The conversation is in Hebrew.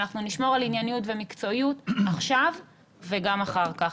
ואנחנו נשמור על ענייניות ומקצועיות עכשיו וגם אחר כך.